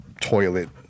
toilet